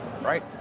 Right